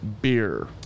beer